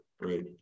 Right